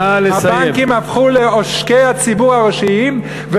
הבנקים הפכו לעושקי הציבור הראשיים.